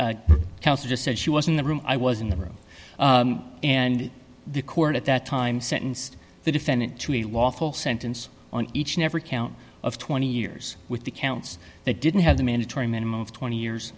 counsel just said she was in the room i was in the room and the court at that time sentenced the defendant to a lawful sentence on each and every count of twenty years with the counts that didn't have the mandatory minimum of twenty years